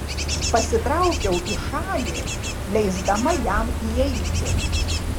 pasitraukiau į šalį leisdama jam įeiti